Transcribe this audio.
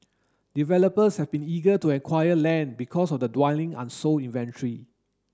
developers have been eager to acquire land because of the dwindling unsold inventory